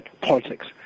politics